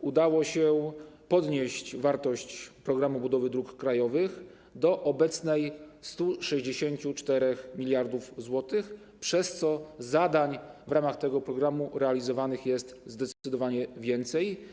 udało się podnieść wartość „Programu budowy dróg krajowych” do obecnej, tj. do 164 mld zł, przez co zadań w ramach tego programu realizowanych jest zdecydowanie więcej.